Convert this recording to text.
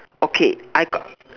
okay I got